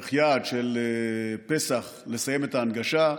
תאריך יעד, עד פסח לסיים את ההנגשה.